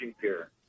pier